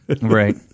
right